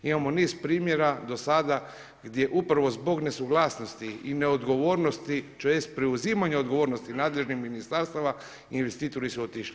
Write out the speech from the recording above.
Imamo niz primjera do sada gdje upravo zbog nesuglasnosti i ne odgovornosti tj. preuzimanja odgovornosti nadležnih ministarstava investitori su otišli.